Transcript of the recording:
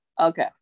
Okay